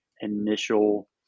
initial